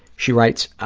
she writes,